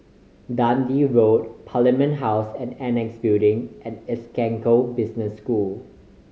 Dundee Road Parliament House and Annexe Building and Essec Business School